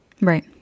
Right